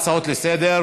התשע"ה 2015, נתקבלה.